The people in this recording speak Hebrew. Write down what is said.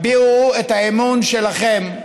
הביעו את האמון שלכם,